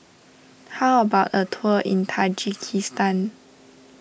how about a tour in Tajikistan